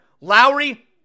Lowry